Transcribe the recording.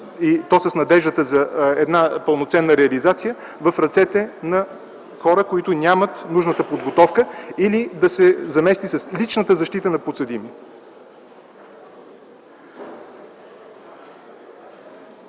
и то с надеждата за една пълноценна реализация в ръцете на хора, които нямат нужната подготовка, или да се замести с личната защита на подсъдимия.